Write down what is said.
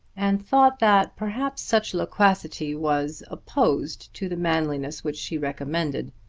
and thought that perhaps such loquacity was opposed to the manliness which she recommended.